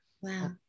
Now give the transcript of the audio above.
Wow